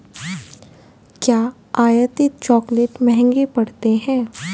क्या आयातित चॉकलेट महंगे पड़ते हैं?